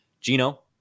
Gino